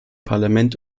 parlament